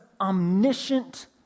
omniscient